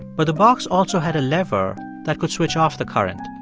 but the box also had a lever that could switch off the current.